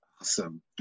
Awesome